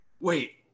wait